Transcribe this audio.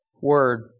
Word